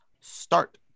start